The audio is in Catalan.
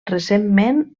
recentment